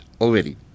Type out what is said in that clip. already